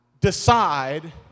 decide